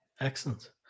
excellent